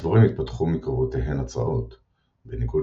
הדבורים התפתחו מקרובותיהן הצרעות; בניגוד